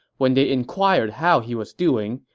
when they inquired how he was doing,